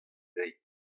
dezhi